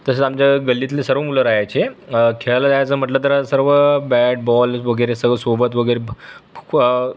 तसेच आमच्या गल्लीतले सर्व मुलं राह्यचे खेळायला जायचं म्हटलं तर सर्व बॅट बाॅल वगैरे सर्व सोबत वगैरे